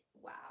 wow